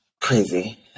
Crazy